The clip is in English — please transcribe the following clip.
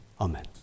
amen